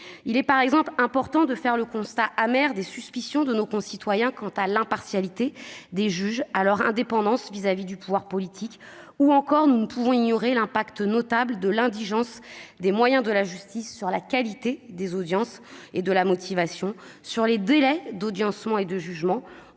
Il est par exemple important de faire le constat amer des suspicions de nos concitoyens quant à l'impartialité des juges et à leur indépendance vis-à-vis du pouvoir politique. Bien plus, nous ne pouvons ignorer l'impact notable de l'indigence des moyens de la justice sur la qualité des audiences et de la motivation, sur les délais d'audiencement et de jugement-